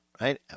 right